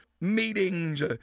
meetings